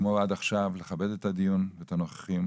כמו עד עכשיו, לכבד את הדיון ואת הנוכחים,